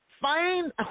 find